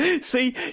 see